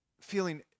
feeling